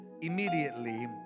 immediately